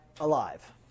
alive